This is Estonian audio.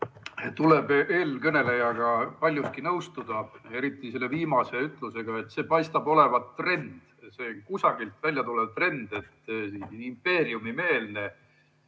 Tuleb eelkõnelejaga paljuski nõustuda, eriti selle viimase ütlusega, et see paistab olevat trend, kusagilt väljatulev trend: impeeriumimeelne